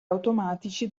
automatici